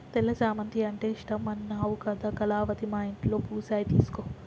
తెల్ల చామంతి అంటే ఇష్టమన్నావు కదా కళావతి మా ఇంట్లో పూసాయి తీసుకో